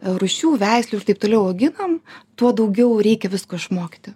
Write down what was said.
rūšių veislių ir taip toliau auginam tuo daugiau reikia visko išmokti